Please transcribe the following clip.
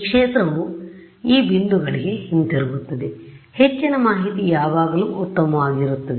ಆದ್ದರಿಂದ ಈ ಕ್ಷೇತ್ರವು ಈ ಬಿಂದುಗಳಿಗೆ ಹಿಂತಿರುಗುತ್ತದೆ ಹೆಚ್ಚಿನ ಮಾಹಿತಿ ಯಾವಾಗಲೂ ಉತ್ತಮವಾಗಿರುತ್ತದೆ